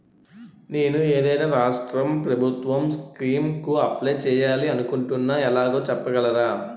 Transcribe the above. నేను ఏదైనా రాష్ట్రం ప్రభుత్వం స్కీం కు అప్లై చేయాలి అనుకుంటున్నా ఎలాగో చెప్పగలరా?